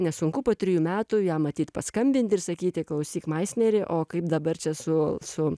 nesunku po trijų metų jam matyt paskambinti ir sakyti klausyk maisneri o kaip dabar čia su su